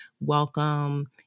welcome